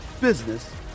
business